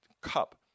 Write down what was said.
cup